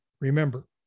Remember